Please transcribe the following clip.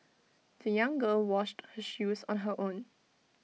the young girl washed her shoes on her own